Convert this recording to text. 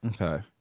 Okay